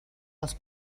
als